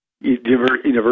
university